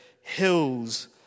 hills